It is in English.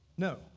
No